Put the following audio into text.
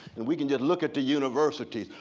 and we can just look at the universities.